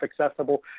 accessible